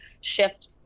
shift